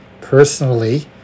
personally